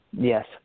Yes